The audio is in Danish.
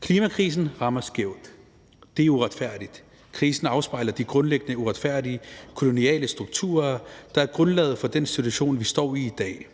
Klimakrisen rammer skævt. Det er uretfærdigt. Krisen afspejler de grundlæggende uretfærdige koloniale strukturer, der er grundlaget for den situation, vi står i i dag.